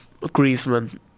Griezmann